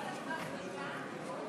היא לא לקחה זריקה, חיסון?